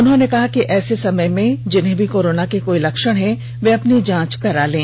उन्होंने कहा कि ऐसे समय में जिन्हें भी कोरोना के कोई लक्षण है वे अपनी जांच करवा लें